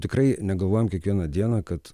tikrai negalvojam kiekvieną dieną kad